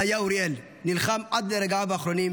זה היה אוריאל, נלחם עד רגעיו האחרונים,